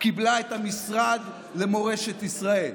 קיבלה את המשרד למורשת ישראל.